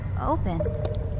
opened